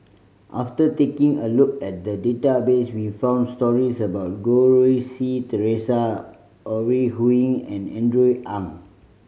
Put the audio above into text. after taking a look at the database we found stories about Goh Rui Si Theresa Ore Huiying and Andrew Ang